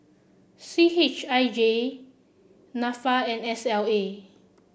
C H I J NAFA and S L A